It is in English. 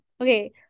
Okay